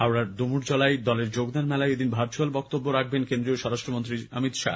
হাওড়ার ডুমুরজলায় দলের যোগদান মেলায় এদিন ভার্চুয়াল বক্তব্য রাখবেন কেন্দ্রীয় স্বরাষ্ট্রমন্ত্রী শ্রী অমিত শাহ